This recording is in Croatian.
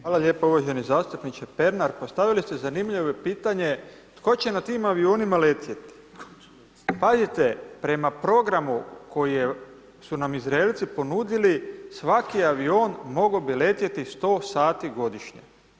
Hvala lijepo uvaženi zastupniče Pernar, postavili ste zanimljivo pitanje, tko će na tim avionima letjeti, pazite prema programu, koji su nam Izraelci ponudili, svaki avion mogao bi letjeti 100 sati godišnje.